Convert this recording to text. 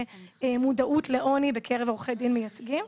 למודעות לעוני בקרב עורכי דין מייצגים.